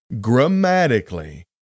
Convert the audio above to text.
Grammatically